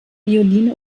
violine